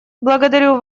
благодарю